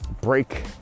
break